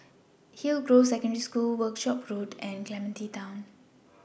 Hillgrove Secondary School Workshop Road and Clementi Town